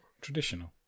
traditional